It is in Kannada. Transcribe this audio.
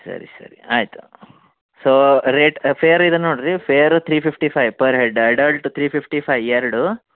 ಸರಿ ಸರಿ ಆಯಿತು ಸೊ ರೇಟ್ ಫೇರ್ ಇದೆ ನೋಡಿರಿ fair three fifty five per head adult three fifty five ಎರಡು